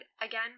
again